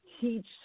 teach